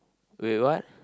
wait what